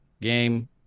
game